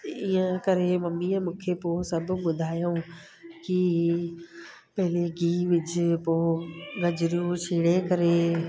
इअं करे मम्मीअ मूंखे पोइ सभु ॿुधायो की पहले गिहु विझ पोइ गजरियूं छीणे करे